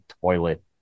toilet